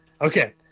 okay